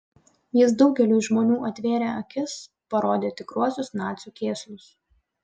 jis daugeliui žmonių atvėrė akis parodė tikruosius nacių kėslus